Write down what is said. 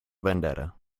vendetta